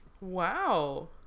wow